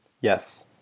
Yes